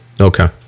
Okay